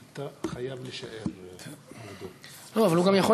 אדוני סגן